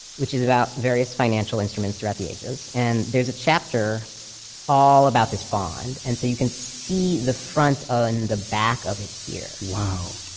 which is about various financial instruments throughout the ages. and there's a chapter all about this bond and so you can see the front ah and the back of it here wow.